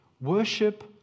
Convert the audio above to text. worship